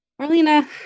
Marlena